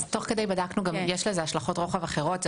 תוך כדי בדקנו, ויש לזה השלכות רוחב אחרות.